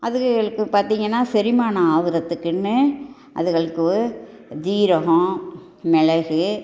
அதுகளுக்கு பார்த்தீங்கன்னா செரிமானம் ஆகுறதுக்குனே அதுகளுக்கு சீரகம் மிளகு